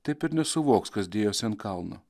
taip ir nesuvoks kas dėjosi ant kalno